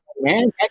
man